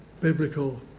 biblical